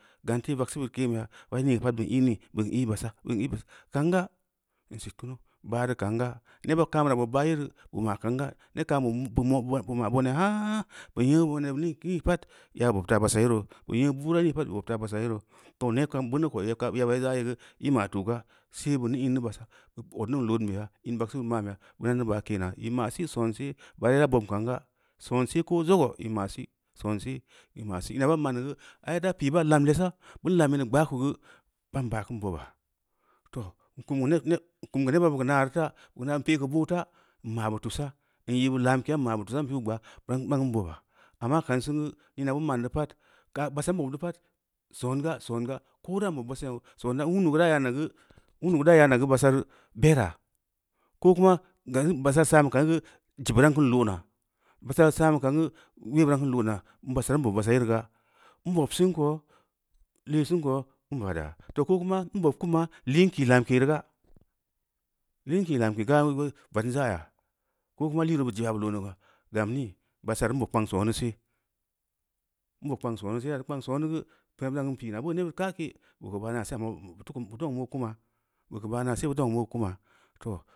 Gang te’ vok sə bo ken beyaa wai nii pa’at ban i’ nii ban i basala bam i baa ka’an gaꞌa an sitkuna’u ba’a ra la an ga’a ne ba’a kamara’a bób b’a yerii ‘o’ maa ka’an ga’a neb ka’an ba ba mo’o ba mo’o ba ma’a boəu’ne nhaaa ban nye’ bouné nii-nii pa’at ya’a bob ta’a ba’asa’a yeru’u nyé bu’urna nii pa’at bob ta’a ba’asa yeru toh neb ka’am bə nəʊ ko’o yeba ga aye’ gə i’ ma’a tu’u ga’a sé bən an-an, ba’asa ot niŋ loushu be ya’a an vaksa ma’an beya’a bə bə no ga ‘a’ ba’a soo sonse ba’a ra idaa bób ka’an ga’a spnsé ko’o zogo’o ‘i’ ma’a sii sonse ‘i’ ma’a sooo ina ‘i’ ba’a, a’an de gə ai da’a pii ba’a la’am lesa’a bə laam ina’a gba’a ka gə ba’am ba’a kən bo’o ba’a toh kaum bə né né kum kə neba’a bə ka na’a ra ta’a ina’a an pii ka bo’o ta’a an ma’a bə tu’usa’a am myi bə lamkuye an ma’a bə tusʊ’a an pili gba’a ba’an ba’an kən bot bób ɓa’a amma ka’an sen gə ina’a ya’ab bən ma’an da pa’at son ga’a ko’o ndaa báb ba’a so yaʊ son ga’a an wu’undu an da’a ya’annangə. Wun’undu an da’a ba’asa’a bera’a ko kuna gam am ba’asa’a sa’an ba ka’an gə jiib ɨi daa kan loo na’a ba’asa’a sa’am ba ka’am gə nebita’a kan loo na’a ba’asa’a am bob ba’asa yeri ga’a an bpb sem ko’o lesin sen ko’o an ba’a da’a toh ko’o kuma an bob kan ma’a lii an kii lamke ra ga’a lii an kii lamke ga’a ‘o’ ba’i’ baŋ am za ya’a ko’o kua liri bo’o jeya’a bə nə ga’a gam nii ba’asa’a bob kpang sona se’ piina’a bo ne neb ka’a ke bob ba’a na’a sé anma tə kum bəa tə ozun ‘o’ kwanan ba ka ba’a na’a sé ta ozuŋ ‘o’ kuma’a toh.